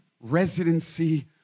residency